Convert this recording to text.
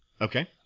Okay